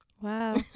Wow